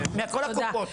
מכל הקופות.